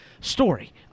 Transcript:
story